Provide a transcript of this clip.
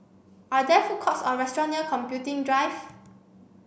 are there food courts or restaurants near Computing Drive